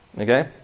Okay